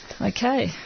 okay